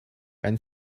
and